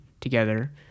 together